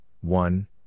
One